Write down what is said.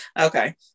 Okay